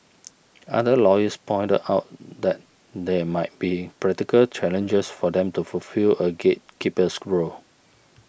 other lawyers pointed out that there might be practical challenges for them to fulfil a gatekeeper's role